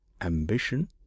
ambition